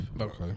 okay